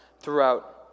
throughout